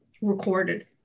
recorded